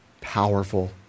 powerful